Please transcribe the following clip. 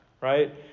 right